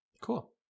cool